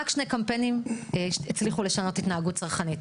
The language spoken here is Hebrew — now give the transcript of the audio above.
רק שני קמפיינים הצליחו לשנות התנהגות צרכנית.